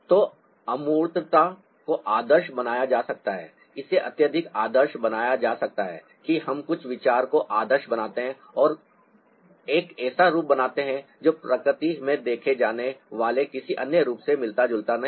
तो अमूर्तता को आदर्श बनाया जा सकता है इसे अत्यधिक आदर्श बनाया जा सकता है कि हम कुछ विचार को आदर्श बनाते हैं और एक ऐसा रूप बनाते हैं जो प्रकृति में देखे जाने वाले किसी अन्य रूप से मिलता जुलता नहीं है